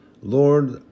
Lord